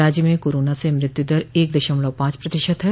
राज्य में कोरोना से मृत्युदर एक दशमलव पांच प्रतिशत है